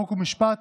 חוק ומשפט